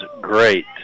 great